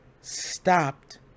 stopped